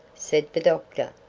said the doctor,